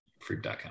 Freak.com